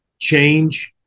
change